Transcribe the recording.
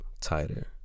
tighter